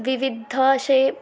विविध असे